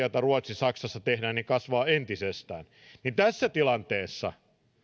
joita ruotsissa ja saksassa tehdään kasvavat entisestään tässä tilanteessa